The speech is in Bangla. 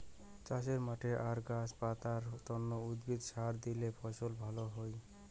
চাষের মাঠে আর গাছ পাতার তন্ন উদ্ভিদে সার দিলে ফসল ভ্যালা হই